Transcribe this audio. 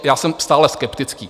Já jsem stále skeptický.